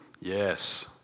Yes